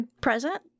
present